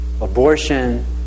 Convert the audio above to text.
abortion